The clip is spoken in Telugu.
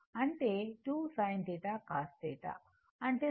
అంటే 2 sin θ cos θ అంటే sin 2θ